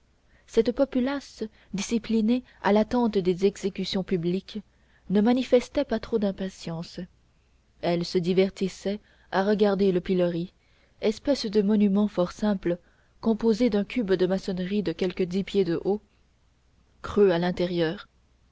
cette populace disciplinée à l'attente des exécutions publiques ne manifestait pas trop d'impatience elle se divertissait à regarder le pilori espèce de monument fort simple composé d'un cube de maçonnerie de quelque dix pieds de haut creux à l'intérieur